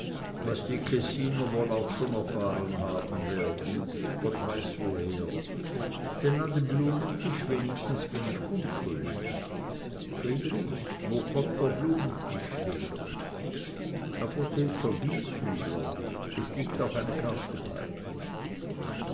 was die kessiner wohl auch schon erfahren haben werden gott weiß woher denn an dem blumentisch wenigstens bin ich unschuldig friedrich wo kommt der blumentisch her apotheker gieshübler es liegt auch eine karte bei